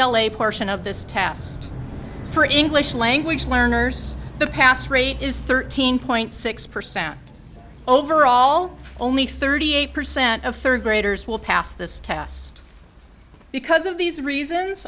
e portion of this test for english language learners the pass rate is thirteen point six percent overall only thirty eight percent of third graders will pass this test because of these reasons